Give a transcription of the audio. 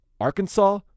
Arkansas